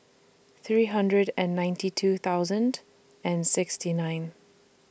three hundred and ninety two thousand and sixty nine